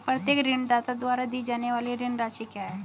प्रत्येक ऋणदाता द्वारा दी जाने वाली ऋण राशि क्या है?